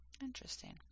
Interesting